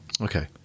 Okay